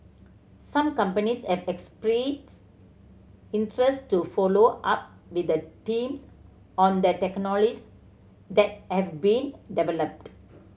some companies have expressed interest to follow up with the teams on the technologies that have been developed